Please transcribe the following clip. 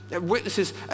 Witnesses